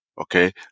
okay